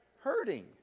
Hurting